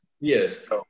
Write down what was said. Yes